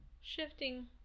Shifting